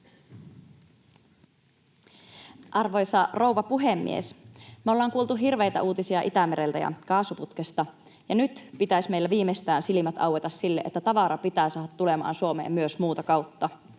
Arvoisa rouva puhemies! Me ollaan kuultu hirveitä uutisia Itämereltä ja kaasuputkesta. Nyt pitäisi meillä viimeistään silmien aueta sille, että tavara pitää saada tulemaan Suomeen myös muuta kautta.